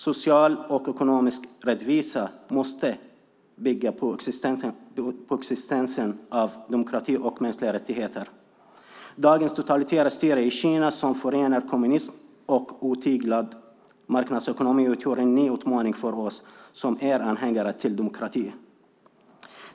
Social och ekonomisk rättvisa måste bygga på existensen av demokrati och mänskliga rättigheter. Dagens totalitära styre i Kina som förenar kommunism och otyglad marknadsekonomi utgör en ny utmaning för oss som är anhängare av demokrati.